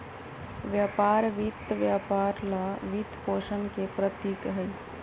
व्यापार वित्त व्यापार ला वित्तपोषण के प्रतीक हई,